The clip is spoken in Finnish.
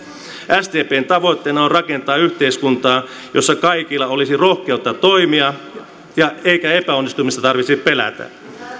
sdpn tavoitteena on rakentaa yhteiskuntaa jossa kaikilla olisi rohkeutta toimia eikä epäonnistumista tarvitsisi pelätä